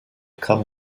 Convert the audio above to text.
come